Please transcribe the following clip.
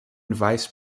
vice